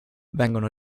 vengono